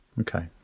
Okay